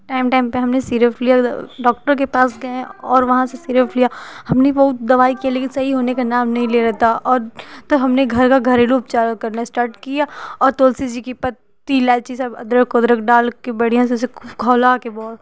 time time पर हमने syrup लिया था डॉक्टर के पास गए और वहाँ से सिरप लिया हमने बहुत दवाई किया लेकिन सही होने का नाम नहीं ले रहा था और तो हमने घर का घरेलू उपचार करना इस्टार्ट किया और तुलसी जी की पत्ती इलाईची सब अदरक उदरक डाल कर बढ़िया से उसे खौला के बहुत